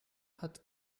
hat